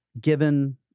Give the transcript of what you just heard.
given